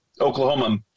Oklahoma